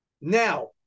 Now